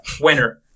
Winner